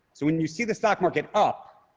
so when you see the stock market up,